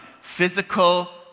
physical